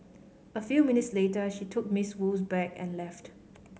a few minutes later she took Miss Wu's bag and left